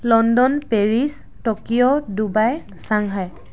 London Paris Tokyo Dubai Shanghai